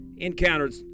Encountered